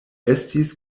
estis